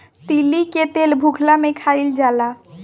तीली के तेल भुखला में खाइल जाला